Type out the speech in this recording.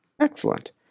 Excellent